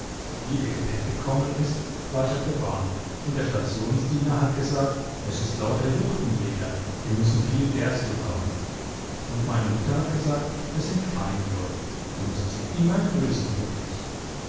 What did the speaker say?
wie ihr gepäck gekommen ist war ich auf der bahn und der stationsdiener hat gesagt es ist lauter juchtenleder die müssen viel gerstl haben und meine mutter hat gesagt es sind feine leute du mußt sie immer grüßen ludwig